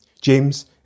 James